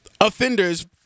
offenders